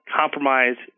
compromise